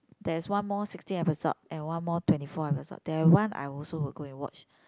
there is one more sixteen episode and one more twenty four episode that one I also will go and watch